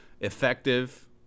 effective